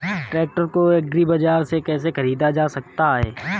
Tractor को agri बाजार से कैसे ख़रीदा जा सकता हैं?